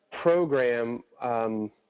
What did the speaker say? program